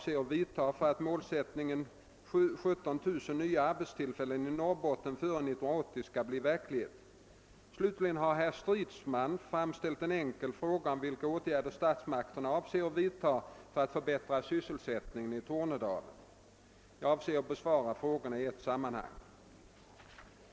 Slutligen har herr Stridsman framställt en enkel fråga om vilka åtgärder statsmakterna avser att vidta för att förbättra sysselsättningen i Tornedalen. Jag ber att få besvara frågorna i ett sammanhang.